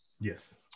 Yes